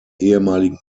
ehemaligen